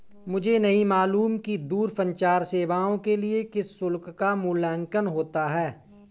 मुझे नहीं मालूम कि दूरसंचार सेवाओं के लिए किस शुल्क का मूल्यांकन होता है?